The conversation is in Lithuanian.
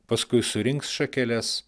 paskui surinks šakeles